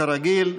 כרגיל.